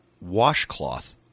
Washcloth